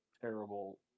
terrible